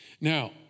Now